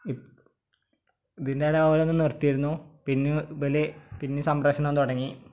E ഇതിൻ്റിടെ ഓരോന്ന് നിർത്തിയിരുന്നു പിന്നെ ഇതിൽ പിന്നെയും സംപ്രേക്ഷണം തുടങ്ങി